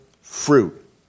fruit